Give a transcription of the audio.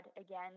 again